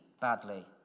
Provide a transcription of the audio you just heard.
badly